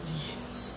years